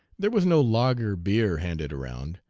there was no lager beer handed around,